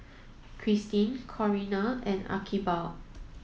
Christin Corinna and Archibald